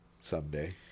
someday